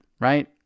right